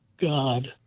God